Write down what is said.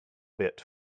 bit